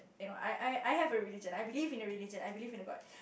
you know I I I have a religion I believe in a religion I believe in a god